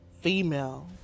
female